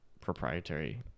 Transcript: proprietary